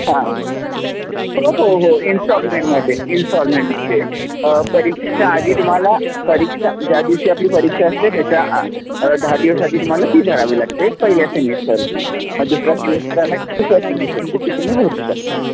हां हो हो हो इन्स्टॉलमेंटमध्ये इन्स्टॉलमेंटमध्ये परीक्षेच्या आधी तुम्हाला परीक्षा ज्या दिवशी आपली परीक्षा असते त्याच्या आ दहा दिवस आधी तुम्हाला फी भरावी लागते पहिल्या सेमिस्टरची दुसरा सेमिस्टर आला दुसऱ्या सेमिस्टरची फी तुम्ही भरू शकता